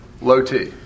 Low-T